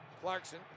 Clarkson